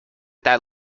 that